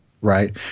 Right